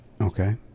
Okay